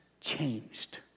changed